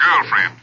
girlfriend